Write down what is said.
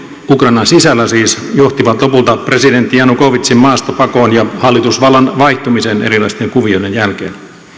ukrainan sisällä siis johtivat lopulta presidentti janukovytsin maastapakoon ja hallitusvallan vaihtumiseen erinäisten kuvioiden jälkeen